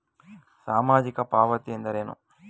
ಸಾಮಾಜಿಕ ಪಾವತಿ ಎಂದರೇನು?